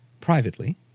privately